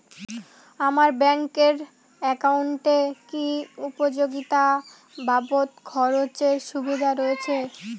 আমার ব্যাংক এর একাউন্টে কি উপযোগিতা বাবদ খরচের সুবিধা রয়েছে?